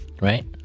Right